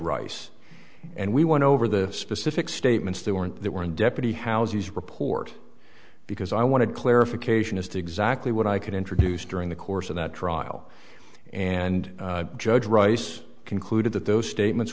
rice and we went over the specific statements to warrant that were in deputy houses report because i wanted clarification as to exactly what i could introduce during the course of that trial and judge rice concluded that those statements